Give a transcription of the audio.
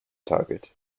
target